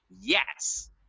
Yes